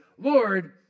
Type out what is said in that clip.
Lord